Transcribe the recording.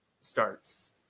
starts